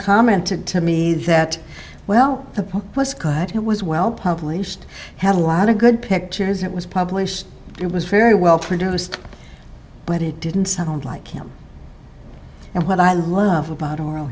commented to me that well the pope was cut it was well published had a lot of good pictures it was published it was very well produced but it didn't sound like him and what i love about oral